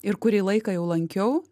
ir kurį laiką jau lankiau